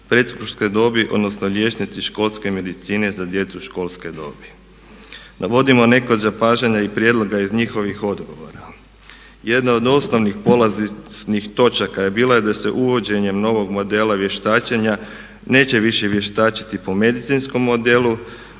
predškolske dobi odnosno liječnici školske medicine za djecu školske dobi. Navodimo neka od zapažanja i prijedloga iz njihovih odgovora. Jedna od osnovnih polazišnih točaka je bila da se uvođenjem novog modela vještačenja neće više vještačiti po medicinskom modelu